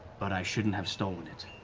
but i shouldn't have stolen it.